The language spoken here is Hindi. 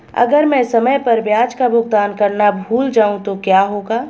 अगर मैं समय पर ब्याज का भुगतान करना भूल जाऊं तो क्या होगा?